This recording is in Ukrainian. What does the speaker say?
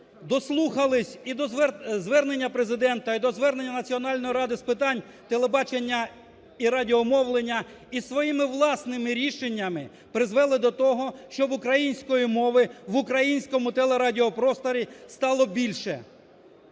дослухалися і до звернення Президента, і до звернення Національної ради з питань телебачення і радіомовлення, і своїми власними рішеннями призвели до того, щоб української мови в українському телерадіопросторі стало більше.